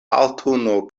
aŭtuno